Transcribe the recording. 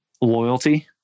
loyalty